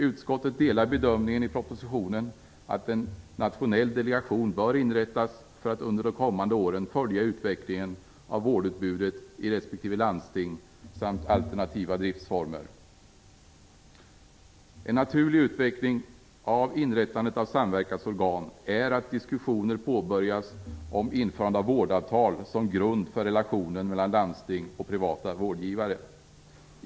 Utskottet delar bedömningen i propositionen att en nationell delegation bör inrättas för att under de kommande åren följa utvecklingen av vårdutbudet i respektive landsting samt alternativa driftsformer. En naturlig utveckling av inrättandet av samverkansorgan är att diskussioner påbörjas om införande av vårdavtal som grund för relationen mellan landsting och privata vårdgivare.